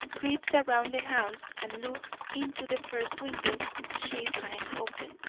creeps around the house and looks into the first window she finds open.